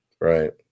Right